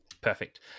Perfect